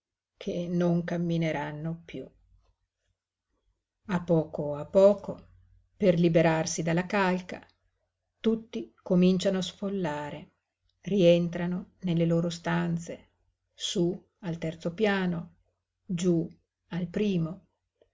che non cammineranno piú a poco a poco per liberarsi dalla calca tutti cominciano a sfollare rientrano nelle loro stanze sú al terzo piano giú al primo